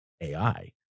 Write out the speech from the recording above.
AI